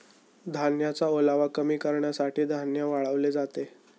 धान्याचा ओलावा कमी करण्यासाठी धान्य वाळवले जाते